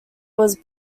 was